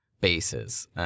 bases